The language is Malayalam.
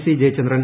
സി ജയചന്ദ്രൻ